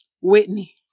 Whitney